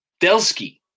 Delski